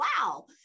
wow